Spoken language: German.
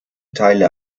teile